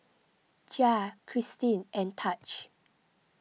Jair Christin and Taj